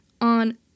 on